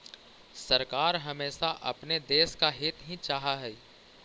सरकार हमेशा अपने देश का हित ही चाहा हई